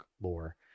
lore